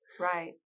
Right